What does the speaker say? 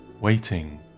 waiting